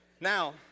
Now